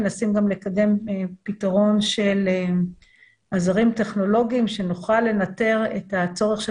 מנסים לקדם פתרון של עזרים טכנולוגיים שנוכל לנטר את הצורך של